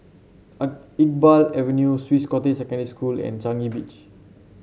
A Iqbal Avenue Swiss Cottage Secondary School and Changi Beach